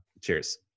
Cheers